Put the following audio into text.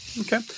okay